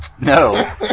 No